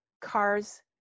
cars